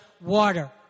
water